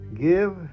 Give